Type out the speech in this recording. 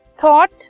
Thought